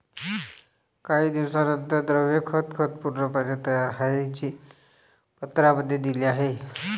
काही दिवसांनंतर, द्रव खत खत पूर्णपणे तयार आहे, जे पत्रांमध्ये दिले आहे